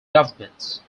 governments